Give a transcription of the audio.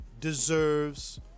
Deserves